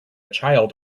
child